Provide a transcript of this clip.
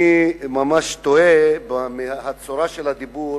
אני ממש תוהה על הצורה של הדיבור